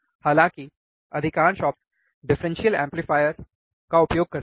हालाँकि अधिकांश op amp differential amplifier का उपयोग करते हैं